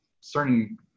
certain